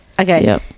Okay